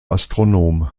astronom